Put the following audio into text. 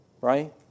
Right